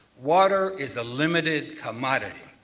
water is a limited commodity.